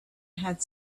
had